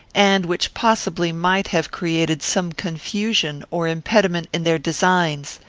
and which possibly might have created some confusion or impediment in their designs.